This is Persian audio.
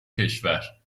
کشور